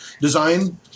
design